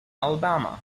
alabama